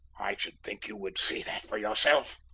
i should think you would see that for yourself.